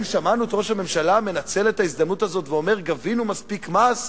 האם שמענו את ראש הממשלה מנצל את ההזדמנות הזאת ואומר: גבינו מספיק מס,